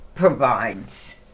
provides